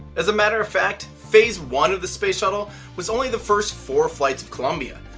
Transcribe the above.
as a matter of fact, phase one of the space shuttle was only the first four flights of columbia.